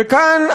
וכאן,